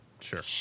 Sure